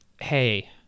Hey